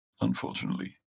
unfortunately